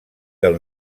del